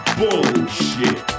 bullshit